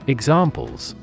Examples